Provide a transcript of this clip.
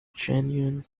genuine